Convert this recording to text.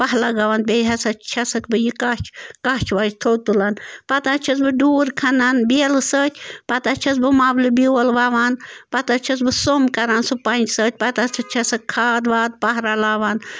پَہہ لَگاوان بیٚیہِ ہَسا چھَسَکھ بہٕ یہِ کَچھ کَچھ وَچھ تھوٚد تُلان پتہٕ حظ چھَس بہٕ ڈوٗر کھنان بیلہٕ سۭتۍ پتہٕ حظ چھَس بہٕ مَولہِ بیول وَوان پتہٕ حظ چھَس بہٕ سوٚمب کَران سُہ پنٛجہِ سۭتۍ پتہٕ حظ چھِ چھَسکھ کھاد واد پَہہ رَلاوان